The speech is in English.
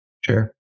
Sure